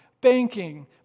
banking